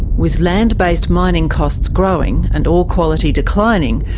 with land based mining costs growing and ore quality declining,